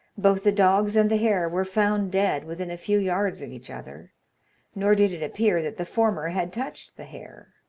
both the dogs and the hare were found dead within a few yards of each other nor did it appear that the former had touched the hare.